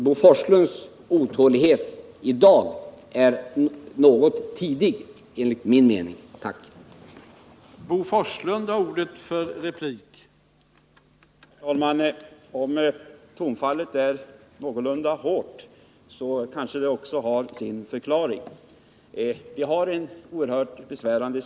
Bo Forslunds otålighet i dag är därför enligt min mening väl tidig.